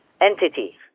entity